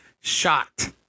shot